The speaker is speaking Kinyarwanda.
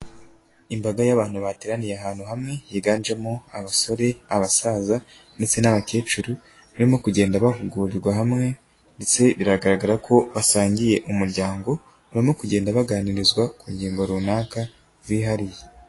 Imbaga y'abantu bateraniye ahantu hamwe, yiganjemo abasore, abasaza ndetse n'abakecuru, barimo kugenda bahugurirwa hamwe ndetse biragaragara ko basangiye umuryango, baririmo kugenda baganirizwa ku ngingo runaka, zihariye.